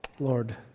Lord